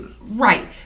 Right